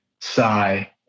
sigh